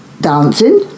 Dancing